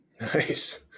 Nice